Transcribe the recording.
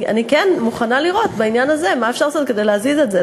אני כן מוכנה לראות בעניין הזה מה אפשר לעשות כדי להזיז את זה.